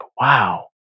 wow